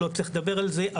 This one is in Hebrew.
לא צריך לדבר על זה,